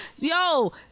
yo